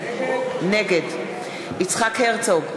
נגד יצחק הרצוג,